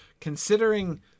considering